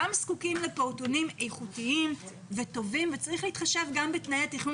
זקוקים לפעוטונים איכותיים וטובים וצריך להתחשב גם בתנאי התכנון